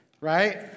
Right